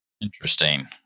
Interesting